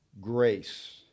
grace